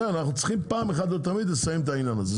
טוב אחנו צריכים פעם אחת ולתמיד לסיים את העניין הזה.